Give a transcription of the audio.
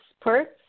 perks